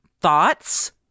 Thoughts